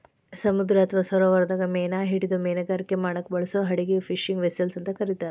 ಸಮುದ್ರ ಅತ್ವಾ ಸರೋವರದಾಗ ಮೇನಾ ಹಿಡಿದು ಮೇನುಗಾರಿಕೆ ಮಾಡಾಕ ಬಳಸೋ ಹಡಗಿಗೆ ಫಿಶಿಂಗ್ ವೆಸೆಲ್ಸ್ ಅಂತ ಕರೇತಾರ